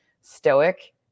stoic